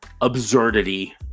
absurdity